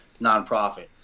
nonprofit